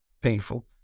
painful